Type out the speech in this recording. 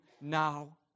now